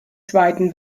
zweiten